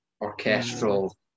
Orchestral